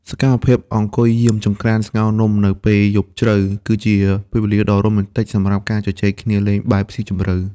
សកម្មភាពអង្គុយយាមចង្ក្រានស្ងោរនំអន្សមនៅពេលយប់ជ្រៅ គឺជាពេលវេលាដ៏រ៉ូមែនទិកសម្រាប់ការជជែកគ្នាលេងបែបស៊ីជម្រៅ។